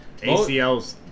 ACLs